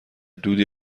دودی